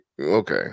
okay